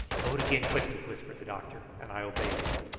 load again quickly, whispered the doctor and i obeyed him,